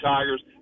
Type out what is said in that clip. Tigers